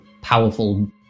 powerful